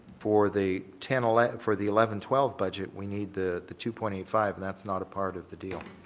for the ten eleven for the eleven twelve budget we need the the two point eight five and that's not a part of the deal.